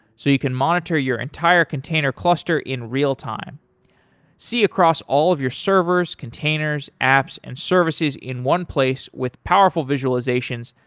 so you can monitor your entire container cluster in real-time see across all of your servers, containers, apps and services in one place with powerful visualizations,